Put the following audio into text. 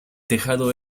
tejado